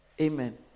Amen